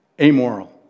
amoral